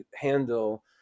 handle